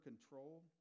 control